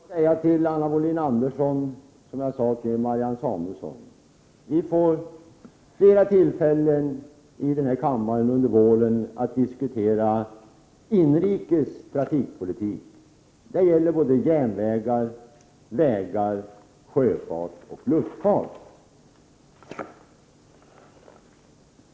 Herr talman! Jag får säga till Anna Wohlin-Andersson som jag sade till Marianne Samuelsson: Vi får under våren flera tillfällen i den här kammaren att diskutera inrikes trafikpolitik. Det gäller både järnvägar, vägar, sjöfart och luftfart.